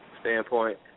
standpoint